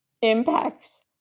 impacts